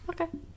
okay